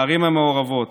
בערים המעורבות.